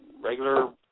regular